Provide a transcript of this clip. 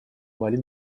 болит